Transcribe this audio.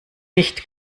nicht